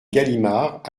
galimard